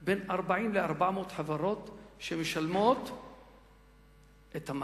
על בין 40 ל-400 חברות שמשלמות את המס,